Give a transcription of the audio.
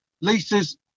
Lisa's